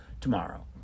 tomorrow